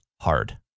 hard